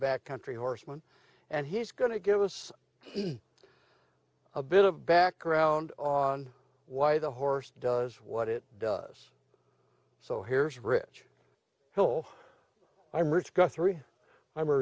back country horsemen and he's going to give us a bit of background on why the horse does what it does so here's ridge hill i'm rich guthrie i'm a